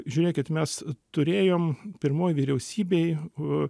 žiūrėkit mes turėjom pirmoj vyriausybėj